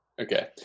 Okay